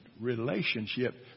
relationship